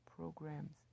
programs